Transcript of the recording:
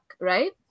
Right